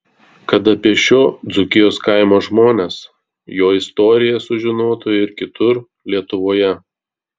kad apie šio dzūkijos kaimo žmones jo istoriją sužinotų ir kitur lietuvoje